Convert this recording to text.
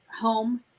home